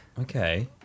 Okay